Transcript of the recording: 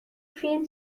فیلم